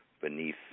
beneath